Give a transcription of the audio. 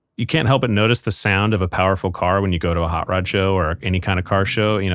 you can't help but notice the sound of a powerful car when you go to a hot rod show or any kind of car show. you know